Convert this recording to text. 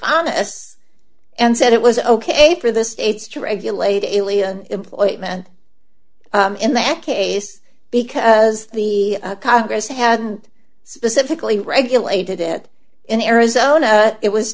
this and said it was ok for the states to regulate ilia employment in that case because the congress hadn't specifically regulated it in arizona it was